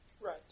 Right